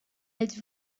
êtes